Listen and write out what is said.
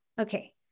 Okay